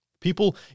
People